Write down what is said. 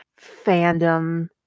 fandom